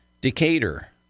Decatur